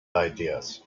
ideas